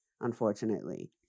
unfortunately